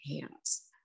hands